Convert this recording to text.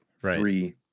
three